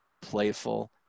playful